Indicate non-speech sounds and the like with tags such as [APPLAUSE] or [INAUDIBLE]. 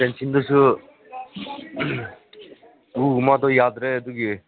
ꯐꯦꯟꯁꯤꯡꯗꯨꯁꯨ [UNINTELLIGIBLE] ꯌꯥꯗ꯭ꯔꯦ ꯑꯗꯨꯒꯤ